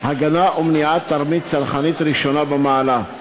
הגנה ומניעת תרמית צרכנית ראשונה במעלה.